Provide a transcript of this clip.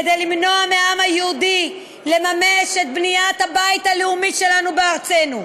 כדי למנוע מהעם היהודי לממש את בניית הבית הלאומי שלנו בארצנו.